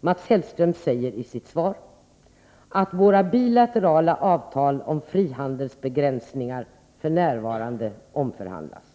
Mats Hellström säger i sitt svar att våra bilaterala avtal om frihandelsbegränsningar f.n. omförhandlas.